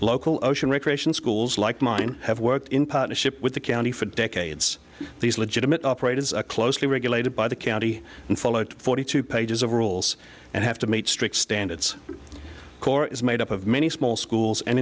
local ocean recreation schools like mine have worked in partnership with the county for decades these legitimate operate is a closely regulated by the county and followed forty two pages of rules and have to meet strict standards core is made up of many small schools and